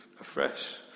afresh